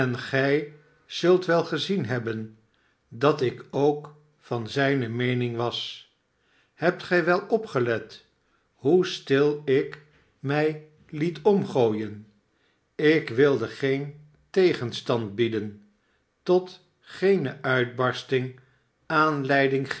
gij zult wel gezien hebben dat ik ook van zijne meening was hebt gij wel opgelet hoe stil ik mij liet omgooien ik wilde geentegenstand bieden tot geene uitbarsting